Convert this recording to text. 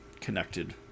connected